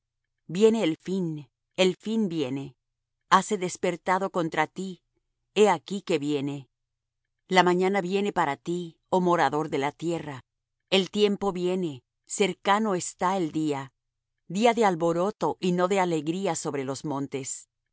viene el fin el fin viene hase despertado contra ti he aquí que viene la mañana viene para ti oh morador de la tierra el tiempo viene cercano está el día día de alboroto y no de alegría sobre los montes